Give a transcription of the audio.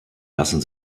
lassen